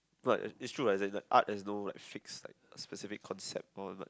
but it it's true as in art has no like fix like specific concept or like